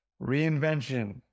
Reinvention